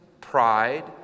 pride